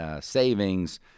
savings